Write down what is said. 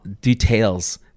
details